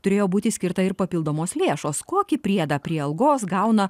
turėjo būti skirta ir papildomos lėšos kokį priedą prie algos gauna